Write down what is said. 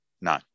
No